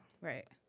right